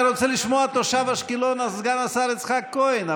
אני רוצה לשמוע את תושב אשקלון סגן השר יצחק כהן,